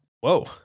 Whoa